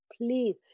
please